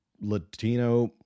latino